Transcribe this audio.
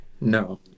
No